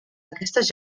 aquestes